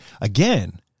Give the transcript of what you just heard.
again